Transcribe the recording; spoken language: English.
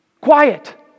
Quiet